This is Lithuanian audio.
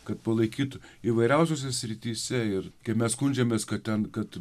kad palaikytų įvairiausiose srityse ir kai mes skundžiamės kad ten kad